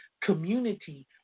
community